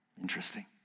Interesting